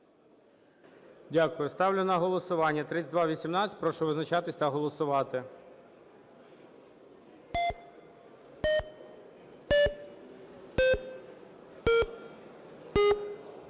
Ставлю на голосування 3219. Прошу визначатись та голосувати.